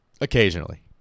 occasionally